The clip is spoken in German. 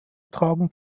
tragen